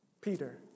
Peter